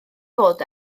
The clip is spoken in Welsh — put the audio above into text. fod